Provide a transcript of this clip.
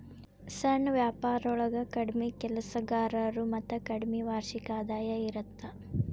ಸಣ್ಣ ವ್ಯಾಪಾರೊಳಗ ಕಡ್ಮಿ ಕೆಲಸಗಾರರು ಮತ್ತ ಕಡ್ಮಿ ವಾರ್ಷಿಕ ಆದಾಯ ಇರತ್ತ